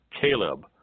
Caleb